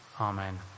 amen